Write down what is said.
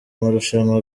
marushanwa